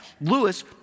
Lewis